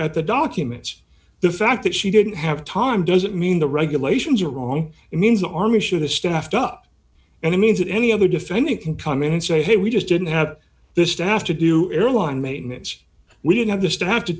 at the documents the fact that she didn't have time doesn't mean the regulations are wrong it means the army should the staffed up and it means that any other defendant can come in and say hey we just didn't have the staff to do airline maintenance we did have this to have to